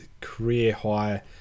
career-high